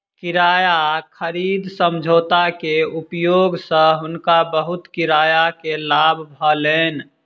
किराया खरीद समझौता के उपयोग सँ हुनका बहुत किराया के लाभ भेलैन